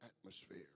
atmosphere